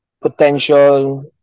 potential